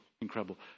incredible